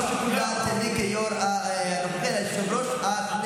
זה לא שיקול דעת שלי כיו"ר הנוכחי אלא של יושב-ראש הכנסת,